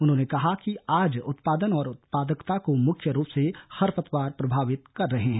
उन्होंने कहा कि आज उत्पादन और उत्पादकता को मुख्य रूप से खरपतवार प्रभावित कर रहे हैं